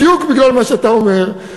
בדיוק בגלל מה שאתה אומר,